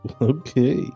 Okay